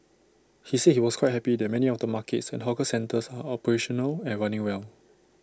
he said he was quite happy that many of the markets and hawker centres are operational and running well